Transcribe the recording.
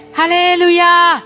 Hallelujah